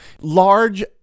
large